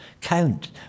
count